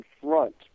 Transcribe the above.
Front